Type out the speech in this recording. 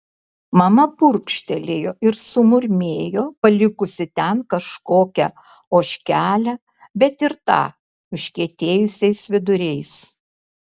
mama purkštelėjo ir sumurmėjo palikusi ten kažkokią ožkelę bet ir tą užkietėjusiais viduriais